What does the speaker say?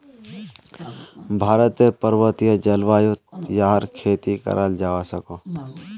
भारतेर पर्वतिये जल्वायुत याहर खेती कराल जावा सकोह